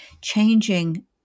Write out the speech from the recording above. changing